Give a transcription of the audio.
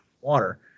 water